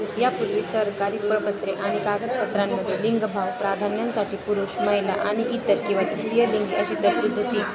यापूर्वी सरकारी प्रपत्रे आणि कागदपत्रांमध्ये लिंग भाव प्राधान्यासाठी पुरुष महिला आणि इतर किंवा तृतीय लिंग अशी तरतूद होती